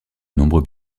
nombreux